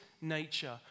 nature